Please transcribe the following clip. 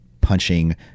punching